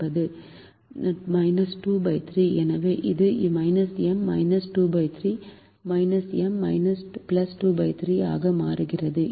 எனவே அது M 23 M 23 ஆக மாறுகிறது